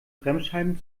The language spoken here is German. bremsscheiben